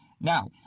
Now